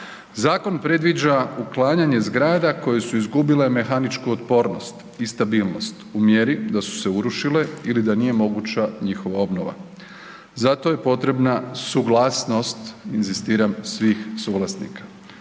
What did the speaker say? Zakon predviđa uklanjanje zgrada koje su izgubile mehaničku otpornost i stabilnost u mjeri da su se urušile ili da nije moguća njihova obnova. Zato je potrebna suglasnost, inzistiram svih suvlasnika.